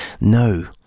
No